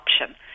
option